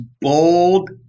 bold